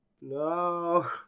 no